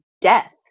death